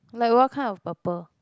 like what kind of purple